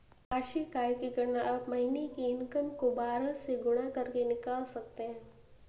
वार्षिक आय की गणना आप महीने की इनकम को बारह से गुणा करके निकाल सकते है